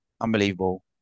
unbelievable